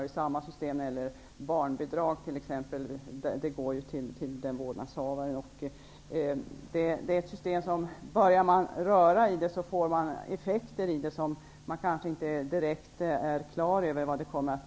Det är samma system för barnbidraget, som går till vårdnadshavaren. Om man börjar röra i systemet vet man inte vilka effekter det får.